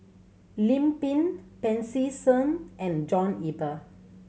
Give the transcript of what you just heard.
Lim Pin Pancy Seng and John Eber